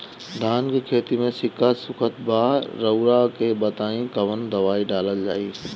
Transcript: धान के खेती में सिक्का सुखत बा रउआ के ई बताईं कवन दवाइ डालल जाई?